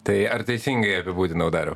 tai ar teisingai apibūdinau dariau